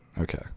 Okay